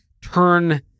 turn